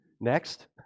Next